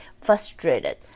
frustrated